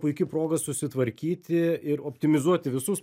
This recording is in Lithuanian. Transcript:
puiki proga susitvarkyti ir optimizuoti visus